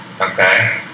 okay